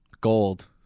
Gold